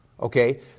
okay